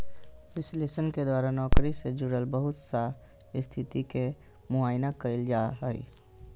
विश्लेषण के द्वारा नौकरी से जुड़ल बहुत सा स्थिति के मुआयना कइल जा हइ